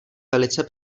velice